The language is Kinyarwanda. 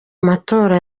matora